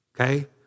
okay